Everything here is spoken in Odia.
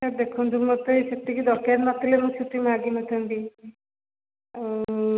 ସାର୍ ଦେଖନ୍ତୁ ମୋତେ ସେତିକି ଦରକାର ନଥିଲେ ମୁଁ ଛୁଟି ମାଗିନଥାନ୍ତି ଆଉ